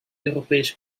europees